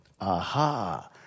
Aha